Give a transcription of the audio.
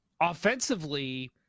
offensively